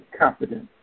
confidence